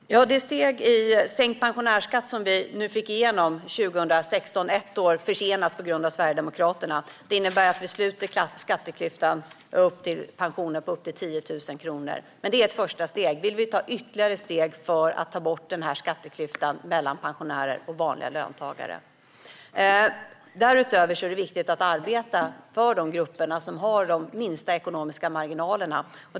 Herr talman! Det steg i sänkt pensionärsskatt som vi fick igenom 2016, ett år försenat på grund av Sverigedemokraterna, innebär att vi sluter skatteklyftan på pensioner upp till 10 000 kronor. Men detta är ett första steg - vi vill ta ytterligare steg för att ta bort denna skatteklyfta mellan pensionärer och vanliga löntagare. Därutöver är det viktigt att arbeta för de grupper som har de minsta ekonomiska marginalerna.